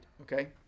okay